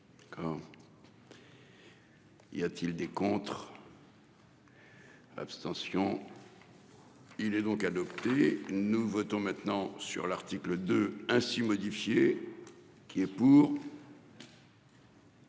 y a-t-il des contre. L'abstention. Il est donc adopté nous votons maintenant sur l'article de ainsi. Qui est pour.